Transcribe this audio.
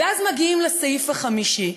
ואז מגיעים לסעיף החמישי,